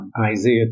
Isaiah